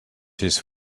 his